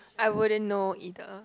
I wouldn't know either